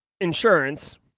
Insurance